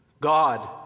God